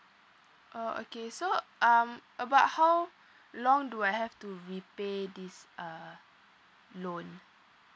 oh okay so um about how long do I have to repay this uh loan